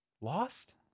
lost